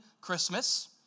Christmas